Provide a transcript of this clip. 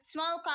Small